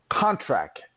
contract